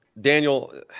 Daniel